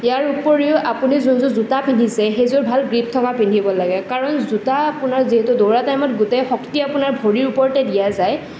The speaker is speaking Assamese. ইয়াৰ ওপৰিও আপুনি যোনযোৰ জোতা পিন্ধিছে সেইযোৰ ভাল গ্ৰিপ থকা পিন্ধিব লাগে কাৰণ জোতা আপোনাৰ যিহেতু দৌৰা টাইমত গোটেই শক্তি আপোনাৰ ভৰি ওপৰতে দিয়া যায়